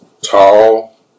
tall